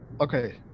Okay